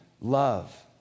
love